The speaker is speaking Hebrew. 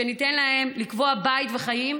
שניתן להם לקבוע בית וחיים,